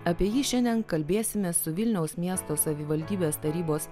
apie jį šiandien kalbėsime su vilniaus miesto savivaldybės tarybos